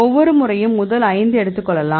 ஒவ்வொரு முறையும் முதல் 5 ஐ எடுத்துக் கொள்ளலாம்